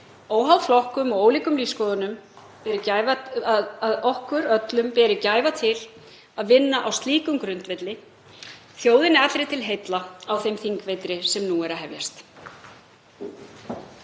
óháð flokkum og ólíkum lífsskoðunum, berum gæfu til að vinna á slíkum grundvelli þjóðinni allri til heilla á þeim þingvetri sem nú er að hefjast.